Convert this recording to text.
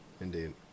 indeed